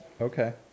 okay